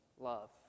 Love